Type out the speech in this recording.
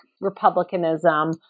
republicanism